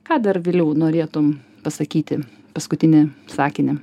ką dar viliau norėtum pasakyti paskutinį sakinį